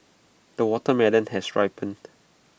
the watermelon has ripened